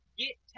get